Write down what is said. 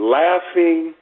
laughing